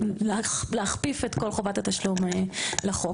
להכפיף את כל חובת התשלום לחוק.